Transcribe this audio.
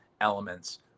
elements